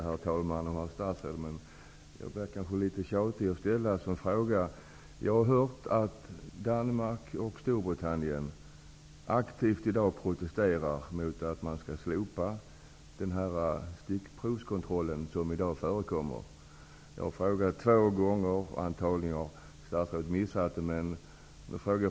Herr talman! Jag ber om ursäkt för att jag kanske är litet tjatig. Men jag vill upprepa att jag har hört att Danmark och Storbritannien i dag aktivt protesterar mot ett slopande av den stickprovskontroll som i dag förekommer. Jag har frågat om detta två gånger. Antagligen har statsrådet missat min fråga.